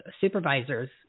supervisors